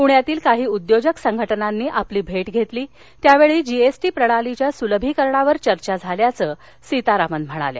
पुण्यातील काही उद्योजक संघटनांनी आपली भेट घेतली त्यावेळी जी एस टी प्रणालीच्या सुलभीकरणावर चर्चा झाल्याचं सीतारामन म्हणाल्या